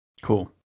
Cool